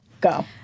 Go